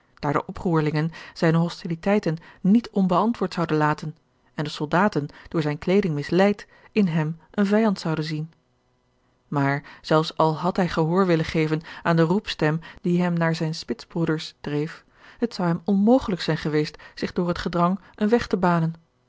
daar de oproerlingen zijne hostiliteiten niet onbeantwoord zouden laten en de soldaten door zijne kleeding misleid in hem een vijand zouden zien maar zelfs al had hij gehoor willen geven aan de roepstem die hem naar zijne spitsbroeders dreef het zou hem onmogelijk zijn geweest zich door het gedrang een weg te banen